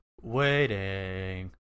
waiting